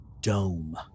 dome